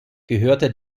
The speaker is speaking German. gehörte